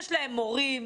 יש להם מורים,